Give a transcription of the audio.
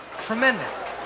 tremendous